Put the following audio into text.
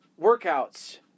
workouts